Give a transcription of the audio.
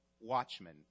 watchmen